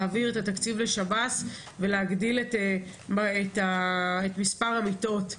להעביר את התקציב לשב"ס ולהגדיל את מספר המיטות.